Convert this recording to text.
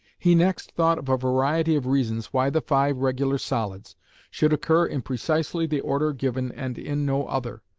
he next thought of a variety of reasons why the five regular solids should occur in precisely the order given and in no other,